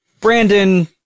Brandon